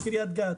בקריית גת.